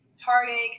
heartache